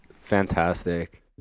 Fantastic